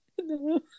No